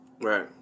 Right